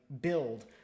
build